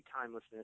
timelessness